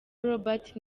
robert